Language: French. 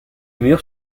murs